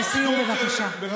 לא על החוק, לסיום, בבקשה.